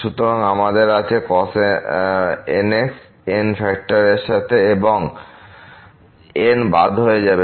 সুতরাং আমাদের আছে cos nx n ফাক্টর এর সাথে এবং n বাদ হয়ে যাবে